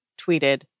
tweeted